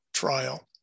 trial